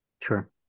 sure